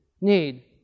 need